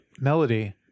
melody